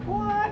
what